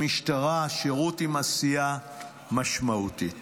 במשטרה, שירות עם עשייה משמעותית.